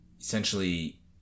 essentially